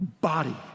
body